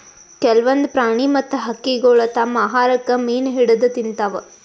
ಕೆಲ್ವನ್ದ್ ಪ್ರಾಣಿ ಮತ್ತ್ ಹಕ್ಕಿಗೊಳ್ ತಮ್ಮ್ ಆಹಾರಕ್ಕ್ ಮೀನ್ ಹಿಡದ್ದ್ ತಿಂತಾವ್